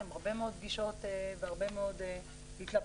עם הרבה מאוד פגישות והרבה מאוד התלבטויות